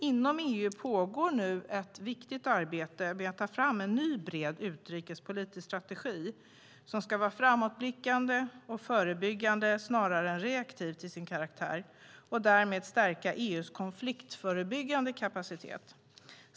Inom EU pågår ett viktigt arbete med att ta fram en ny, bred utrikespolitisk strategi som ska vara framåtblickande och förebyggande snarare än reaktiv till sin karaktär och därmed stärka EU:s konfliktförebyggande kapacitet.